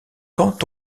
quand